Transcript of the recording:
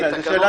תקנות.